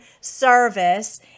service